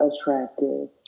attractive